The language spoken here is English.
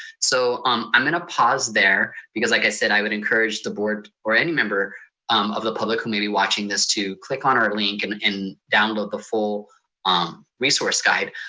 so um i'm gonna pause there because like i said, i would encourage the board or any member of the public who may be watching this to click on our link and download the full um resource guide.